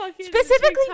Specifically